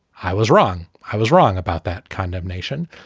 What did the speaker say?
i was wrong. i was wrong about that condemnation.